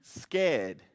scared